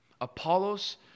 Apollos